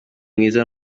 mwiza